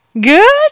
good